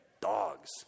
Dogs